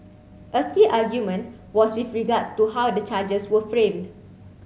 a key argument was with regards to how the charges were framed